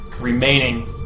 remaining